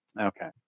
Okay